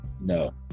No